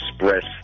express